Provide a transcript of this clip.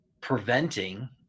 preventing